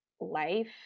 life